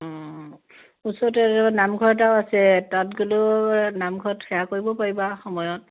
অঁ ওচৰতে নামঘৰ এটাও আছে তাত গ'লেও নামঘৰত সেৱা কৰিব পাৰিবা সময়ত